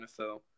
NFL